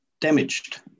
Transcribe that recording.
damaged